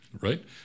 right